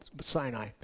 Sinai